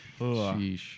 Sheesh